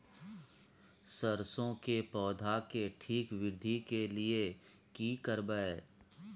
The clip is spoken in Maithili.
सरसो के पौधा के ठीक वृद्धि के लिये की करबै?